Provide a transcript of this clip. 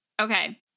Okay